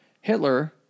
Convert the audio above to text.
Hitler